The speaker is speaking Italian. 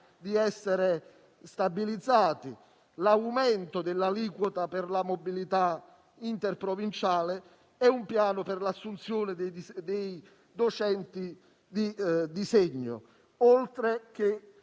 di essere stabilizzati, l'aumento dell'aliquota per la mobilità interprovinciale e un piano per l'assunzione dei docenti di disegno, oltre che